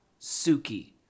Suki